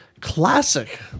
classic